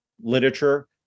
literature